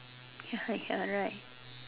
ya you're right